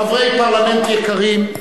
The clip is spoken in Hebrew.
חברי פרלמנט יקרים,